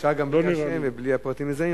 אפשר גם את התשובה בלי השם ובלי הפרטים המזהים,